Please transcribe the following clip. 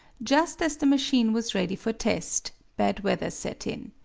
just as the machine was ready for test bad weather set in.